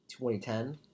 2010